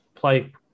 play